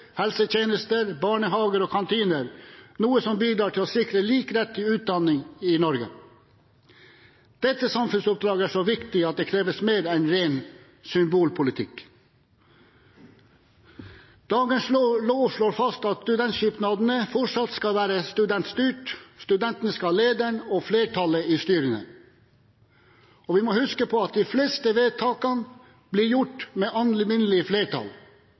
helsetjenester, barnehager og kantiner, noe som bidrar til å sikre lik rett til utdanning i Norge. Dette samfunnsoppdraget er så viktig at det kreves mer enn ren symbolpolitikk. Dagens lov slår fast at studentsamskipnadene fortsatt skal være studentstyrt – studentene skal ha lederen og flertallet i styrene – og vi må huske på at de fleste vedtakene blir gjort med alminnelig flertall. Det er bare unntaksvis at kravet om to tredjedels flertall